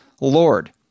Lord